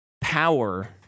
power